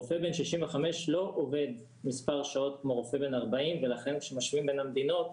רופא בן 65 לא עובד מספר שעות כמו רופא בן 40 ולכן כשמשווים בין המדינות